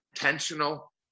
intentional